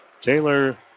Taylor